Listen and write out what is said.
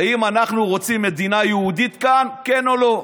האם אנחנו רוצים מדינה יהודית כאן, כן או לא.